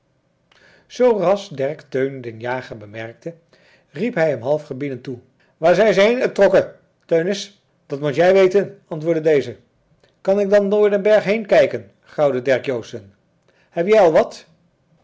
zoo ras derk teun den jager bemerkte riep hij hem half gebiedend toe waar zijn ze heen etrokken teunis dat mot jij weten antwoordde deze kan ik dan door den berg heen kijken grauwde derk joosten heb jij al wat